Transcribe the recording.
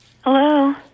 Hello